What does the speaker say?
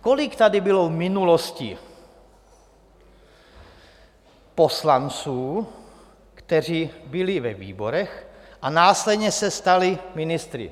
Kolik tady bylo v minulosti poslanců, kteří byli ve výborech a následně se stali ministry?